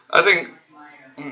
I think mm